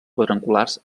quadrangulars